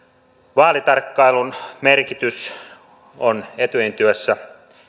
vaalitarkkailun merkitys on etyjin työssä